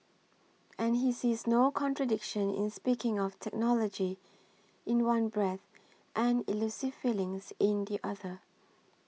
and he sees no contradiction in speaking of technology in one breath and elusive feelings in the other